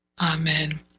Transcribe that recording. Amen